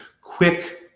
quick